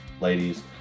ladies